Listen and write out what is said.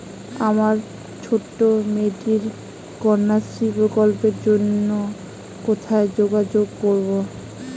আমার ছোট্ট মেয়েটির কন্যাশ্রী প্রকল্পের জন্য কোথায় যোগাযোগ করব?